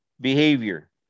behavior